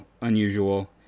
unusual